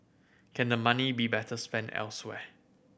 can the money be better spent elsewhere